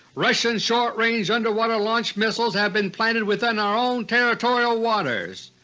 russian short-range underwater-launch missiles have been planted within our own territorial waters,